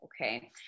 Okay